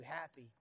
happy